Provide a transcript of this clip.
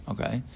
Okay